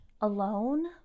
alone